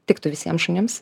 tiktų visiem šunims